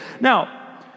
Now